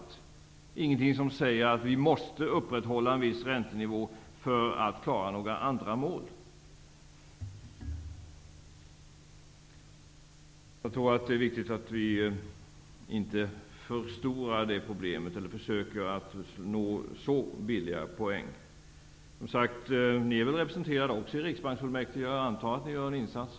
Det finns alltså ingenting som säger att vi måste upprätthålla en viss räntenivå för att klara några andra mål. Jag tror att det är viktigt att vi inte förstorar det problemet eller försöker att nå så billiga poäng. Som sagt: Ni är väl också representerade i Riksbanksfullmäktige, där jag antar att ni gör en insats.